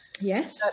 Yes